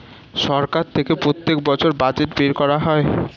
সরকার থেকে প্রত্যেক বছর বাজেট বের করা হয়